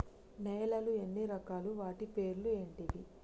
నేలలు ఎన్ని రకాలు? వాటి పేర్లు ఏంటివి?